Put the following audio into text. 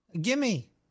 Gimme